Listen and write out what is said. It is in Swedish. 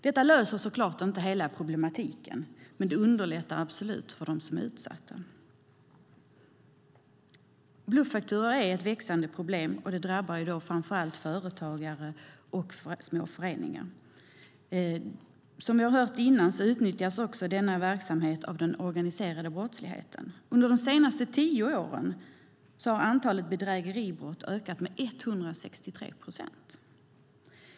Detta löser så klart inte hela problematiken, men det underlättar absolut för de utsatta. Bluffakturor är ett växande problem, och det drabbar framför allt företagare och små föreningar. Som vi har hört innan utnyttjas också denna verksamhet av den organiserade brottsligheten. Under de senaste tio åren har antalet bedrägeribrott ökat med 163 procent.